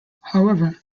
however